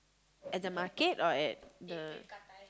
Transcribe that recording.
at the market or at the